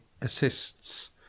assists